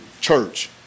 church